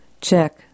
Check